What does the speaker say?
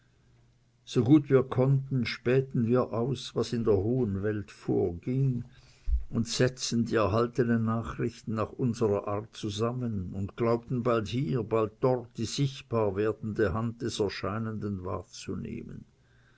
so gut wir konnten spähten wir aus was in der hohen welt vorging und setzten die erhaltenen nachrichten nach unserer art zusammen und glaubten bald hier bald dort die sichtbar werdende hand des erscheinenden wahrzunehmen